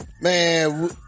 Man